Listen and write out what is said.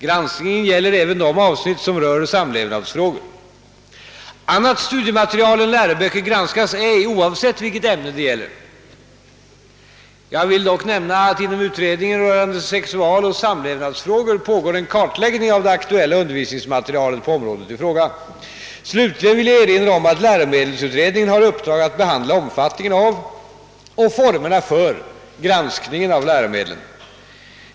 Granskningen gäller även de avsnitt som rör samlevnadsfrågor. Annat studiematerial än läroböcker granskas ej oavsett vilket ämne det gäller. Jag vill dock nämna att inom utredningen rörande sexualoch samlevnadsfrågor pågår en kartläggning av det aktuella undervisningsmaterialet på området i fråga. Slutligen vill jag erinra om att läromedelsutredningen har i uppdrag att behandla omfattningen av och formerna för granskningen av läromedlen.